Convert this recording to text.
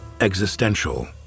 existential